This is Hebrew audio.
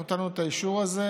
אנחנו נתנו את האישור הזה,